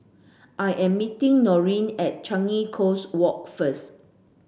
I am meeting Norine at Changi Coast Walk first